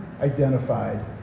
identified